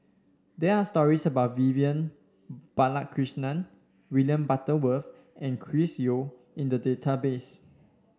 there are stories about Vivian Balakrishnan William Butterworth and Chris Yeo in the database